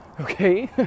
okay